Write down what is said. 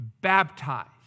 baptized